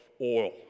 oil